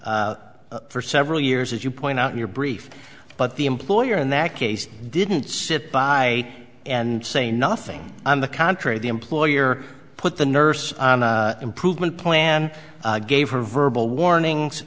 absent for several years as you point out your brief but the employer in that case didn't sit by and say nothing on the contrary the employer put the nurse improvement plan gave her verbal warnings